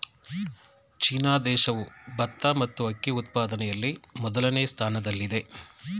China ದೇಶವು ಭತ್ತ ಮತ್ತು ಅಕ್ಕಿ ಉತ್ಪಾದನೆಯಲ್ಲಿ ಮೊದಲನೇ ಸ್ಥಾನದಲ್ಲಿದೆ